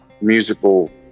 musical